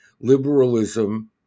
liberalism